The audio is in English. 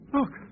Look